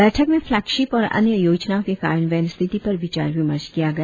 बैठक में फ्लेगशिप और अन्य योजनाओं के कार्यान्वयन स्थिति पर विचार विमर्श किया गया